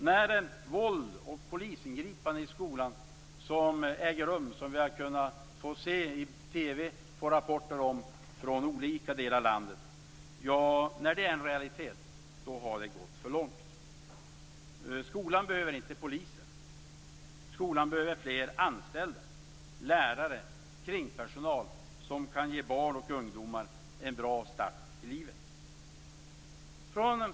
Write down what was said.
När våld och polisingripanden är en realitet i skolan, som vi i TV har sett rapporter om från olika delar av landet, har det gått för långt. Skolan behöver inte poliser, skolan behöver fler anställda, lärare och kringpersonal, som kan ge barn och ungdomar en bra start i livet.